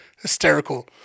hysterical